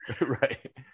Right